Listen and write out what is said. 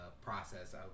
process